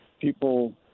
people